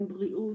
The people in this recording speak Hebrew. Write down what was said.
עם בריאות,